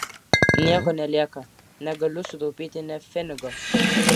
nieko nelieka negaliu sutaupyti nė pfenigo